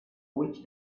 witch